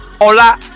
Hola